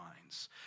minds